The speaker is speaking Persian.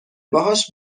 باهاش